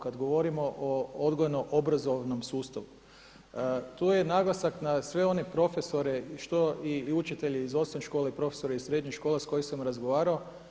Kad govorimo o odgojno obrazovnom sustavu tu je naglasak na sve one profesore i učitelje iz osnovne škole i profesora iz srednjih škola s kojima sam razgovarao.